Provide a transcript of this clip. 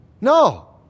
No